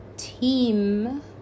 team